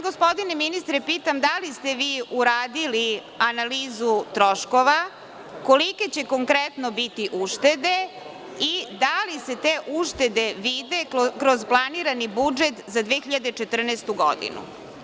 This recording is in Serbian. Gospodine ministre, pitam vas da li ste vi uradili analizu troškova, kolike će konkretno biti uštede i da li se te uštede vide kroz planirani budžet za 2014. godinu?